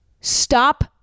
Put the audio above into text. stop